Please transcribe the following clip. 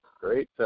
Great